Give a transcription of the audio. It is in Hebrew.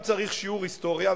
אם צריך שיעור היסטוריה,